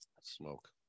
smoke